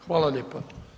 Hvala lijepa.